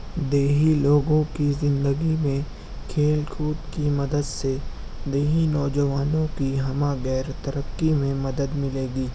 دیہی لوگوں کی زندگی میں کھیل کود کی مدد سے دیہی نوجوانوں کی ہمہ گیر ترقی میں مدد ملے گی